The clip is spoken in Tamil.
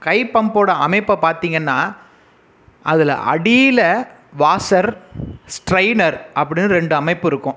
கைப்பம்புடைய அமைப்பை பார்த்தீங்கன்னா அதில் அடியில் வாஷர் ஸ்ட்ரைனர் அப்படின்னு இரண்டு அமைப்பு இருக்கும்